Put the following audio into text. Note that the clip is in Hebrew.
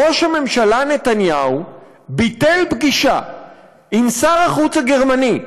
ראש הממשלה נתניהו ביטל פגישה עם שר החוץ הגרמני,